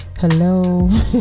Hello